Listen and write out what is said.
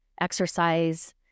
exercise